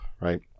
right